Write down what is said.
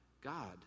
God